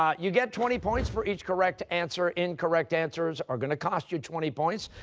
um you get twenty points for each correct answer. incorrect answers are going to cost you twenty points.